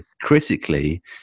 critically